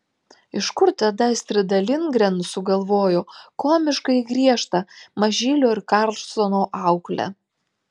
iš kur tada astrida lindgren sugalvojo komiškai griežtą mažylio ir karlsono auklę